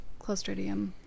clostridium